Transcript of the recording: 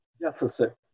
deficit